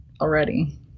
already